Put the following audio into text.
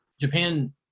Japan